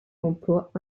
emplois